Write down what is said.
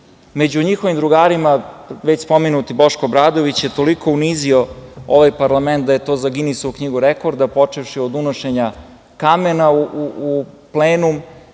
njihovim drugarima je već spomenuti Boško Obradović toliko unizio ovaj parlament da je to za Ginisovu knjigu rekorda, počevši od unošenja kamena u plenum,